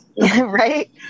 Right